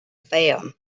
fayoum